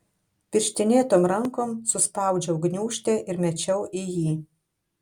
pirštinėtom rankom suspaudžiau gniūžtę ir mečiau į jį